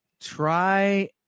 try